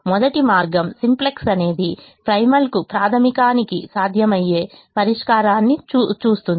మొదటి మార్గం సింప్లెక్స్ అనేది ప్రైమల్కు ప్రాధమికానికి సాధ్యమయ్యే పరిష్కారాన్ని చూస్తుంది